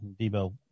Debo